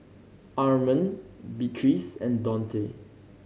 Armond Beatriz and Donte